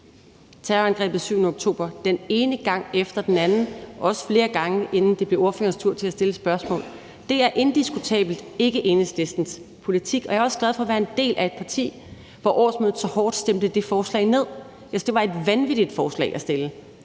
terrorangrebet den 7. oktober den ene gang efter den anden, også flere gange, inden det blev ordførerens tur til at stille spørgsmål. Det er indiskutabelt ikke Enhedslistens politik. Jeg er også glad for være en del af et parti, hvor årsmødet så hårdt stemte det forslag ned. Jeg synes, at det var et vanvittigt forslag at stille.